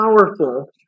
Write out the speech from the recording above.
powerful